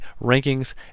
rankings